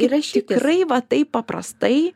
ir aš tikrai va taip paprastai